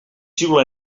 xiula